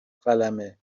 قلمه